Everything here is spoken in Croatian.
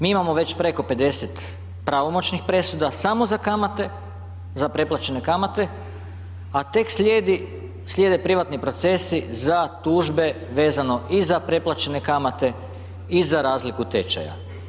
Mi imamo već preko 50 pravomoćnih presuda samo za kamate, za preplaćene kamate, a tek slijedi, slijede privatni procesi za tužbe vezano i za preplaćene kamate i za razliku tečaja.